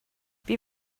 wie